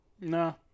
no